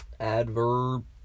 Adverb